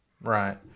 Right